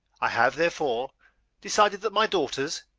i have therefore decided that my daughters,